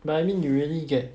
but I mean you really get